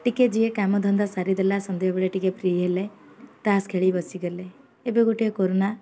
ଟିକେ ଯିଏ କାମ ଧନ୍ଦା ସାରିଦେଲା ସନ୍ଧ୍ୟାବେଳେ ଟିକେ ଫ୍ରି ହେଲେ ତାସ ଖେଳି ବସିଗଲେ ଏବେ ଗୋଟେ କରୋନା